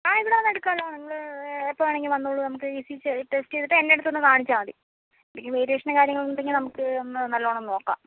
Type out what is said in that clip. ആ ഇവിടെ വന്ന് എടുക്കാമല്ലോ നിങ്ങൾ എപ്പോൾ വേണമെങ്കിലും വന്നോളൂ നമുക്ക് ഇ സി ജി ടെസ്റ്റ് ചെയ്തിട്ട് എൻ്റെ അടുത്ത് ഒന്ന് കാണിച്ചാൽ മതി എന്തെങ്കിലും വേരിയേഷനും കാര്യങ്ങളും ഉണ്ടെങ്കിൽ നമുക്ക് ഒന്ന് നല്ലവണ്ണം നോക്കാം